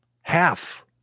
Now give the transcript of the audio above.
Half